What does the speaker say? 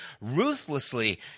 ruthlessly